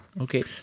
Okay